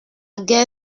guerre